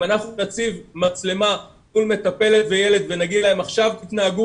אם אנחנו נציב מצלמה מול מטפלת וילד ונגיד להם עכשיו תתנהגו